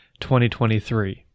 2023